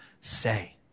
say